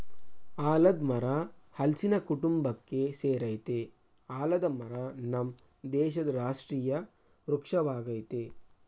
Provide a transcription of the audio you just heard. ಆಲದ್ ಮರ ಹಲ್ಸಿನ ಕುಟುಂಬಕ್ಕೆ ಸೆರಯ್ತೆ ಆಲದ ಮರ ನಮ್ ದೇಶದ್ ರಾಷ್ಟ್ರೀಯ ವೃಕ್ಷ ವಾಗಯ್ತೆ